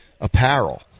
apparel